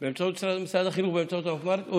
באמצעות המפמ"רית,